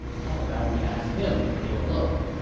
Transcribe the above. how about we ask him to take a look?